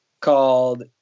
called